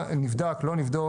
מה, נבדק או לא נבדק.